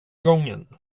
gången